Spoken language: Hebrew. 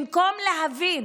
במקום להבין